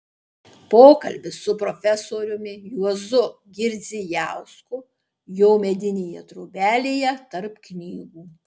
pokalbis su profesoriumi juozu girdzijausku jo medinėje trobelėje tarp knygų